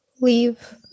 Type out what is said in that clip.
leave